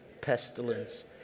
pestilence